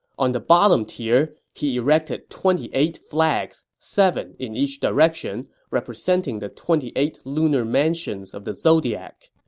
on the bottom tier, he erected twenty eight flags seven in each direction representing the twenty eight lunar mansions of the zodiac.